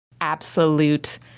absolute